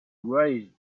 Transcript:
raised